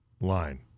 line